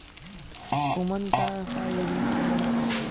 उमन का का योजना आवेला?